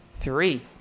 Three